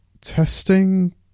Testing